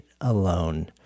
alone